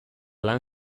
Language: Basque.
lan